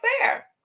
fair